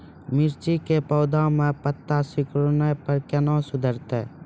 मिर्ची के पौघा मे पत्ता सिकुड़ने पर कैना सुधरतै?